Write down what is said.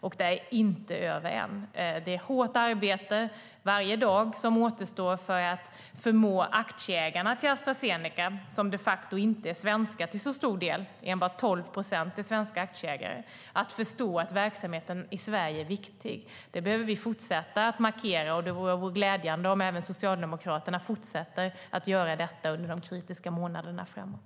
Det är inte över än. Det är hårt arbete varje dag som återstår för att förmå aktieägarna till Astra Zeneca, som bara till 12 procent är svenska, att förstå att verksamheten i Sverige är viktig. Det behöver vi fortsätta markera, och det vore glädjande om även Socialdemokraterna fortsätter göra det under de kritiska månaderna framåt.